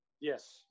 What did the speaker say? Yes